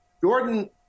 Jordan